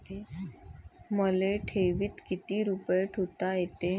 मले ठेवीत किती रुपये ठुता येते?